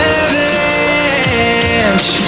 avalanche